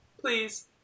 please